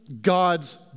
God's